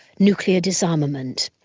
nuclear disarmament.